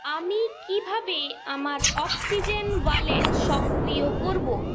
আমি কিভাবে আমার অক্সিজেন ওয়ালেট সক্রিয় করব